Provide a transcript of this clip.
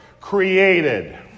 created